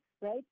right